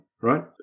right